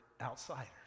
outsiders